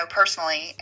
personally